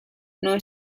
non